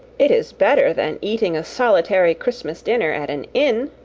it is better than eating a solitary christmas dinner at an inn,